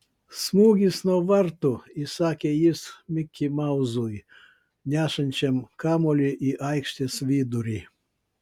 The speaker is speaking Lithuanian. smūgis nuo vartų įsakė jis mikimauzui nešančiam kamuolį į aikštės vidurį